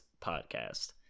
podcast